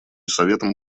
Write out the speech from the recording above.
советом